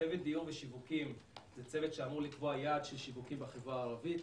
צוות דיור ושווקים הוא צוות שאמור לקבוע יעד של שווקים בחברה הערבית.